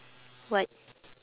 what